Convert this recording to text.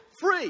free